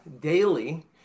daily